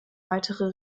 weitere